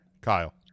Kyle